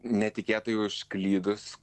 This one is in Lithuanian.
netikėtai užklydus